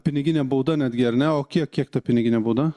piniginė bauda netgi ar ne o kiek kiek ta piniginė bauda